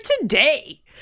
today